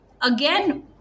again